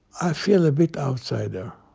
i feel a bit outsider.